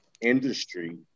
industry